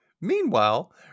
Meanwhile